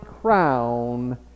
crown